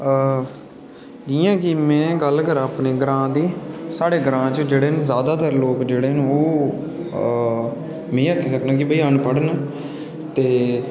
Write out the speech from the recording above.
इं'या में गल्ल करां अपने ग्रांऽ दी साढ़े ग्रांऽ न जेह्ड़े जादातर लोग जेह्ड़े न ओह् में आक्खी सकनां कि ओह् अनपढ़ न ते